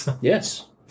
Yes